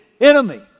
enemy